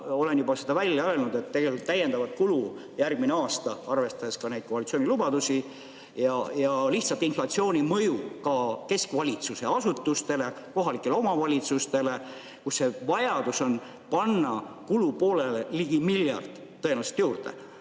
olen juba seda välja öelnud, et tegelikult täiendavat kulu järgmine aasta, arvestades koalitsiooni lubadusi ja lihtsalt inflatsiooni mõju ka keskvalitsuse asutustele, kohalikele omavalitsustele, [tekib] ligi miljard tõenäoliselt juurde.